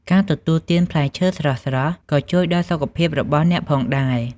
ការទទួលទានផ្លែឈើស្រស់ៗក៏ជួយដល់សុខភាពរបស់អ្នកផងដែរ។